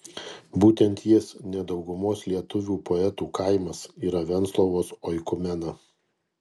būtent jis ne daugumos lietuvių poetų kaimas yra venclovos oikumena